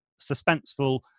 suspenseful